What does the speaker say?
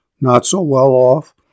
not-so-well-off